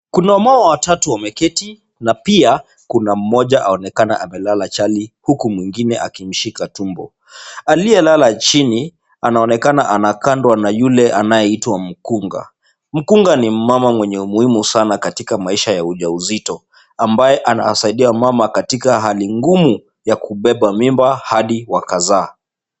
Kuna wamama watatu wameketi na pia kuna mmoja aonekana amelala chali huku mwingine akimshika tumbo. Aliyelala chini, anaonekana anakandwa na yule anayeitwa mkunga. Mkunga ni mumama mwenye umuhimu sana katika maisha ya ujauzito. Ambaye anasaidia mama katika hali ngumu ya kubeba mimba hadi wakazaa.